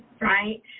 Right